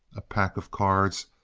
a pack of cards,